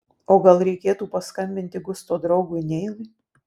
o gal reikėtų paskambinti gusto draugui neilui